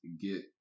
get